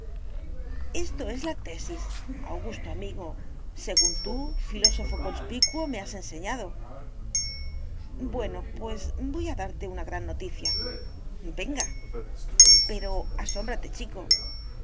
esto es la tesis augusto amigo según tú filósofo conspicuo me has enseñado bueno pues voy a darte una gran noticia venga pero asómbrate chico